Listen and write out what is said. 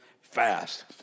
fast